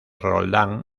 roldán